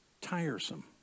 tiresome